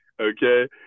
Okay